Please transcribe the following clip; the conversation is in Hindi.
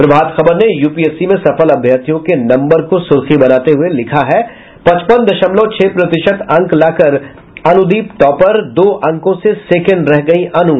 प्रभात खबर ने यूपीएससी में सफल अभ्यर्थियों के नंबर को सुर्खी बनाते हुये लिखा है पंचपन दशमलव छह प्रतिशत अंक लाकर अनुदीप टॉपर दो अंकों से सेकेंड रह गयीं अनु